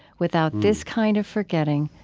without this kind of forgetting,